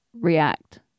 react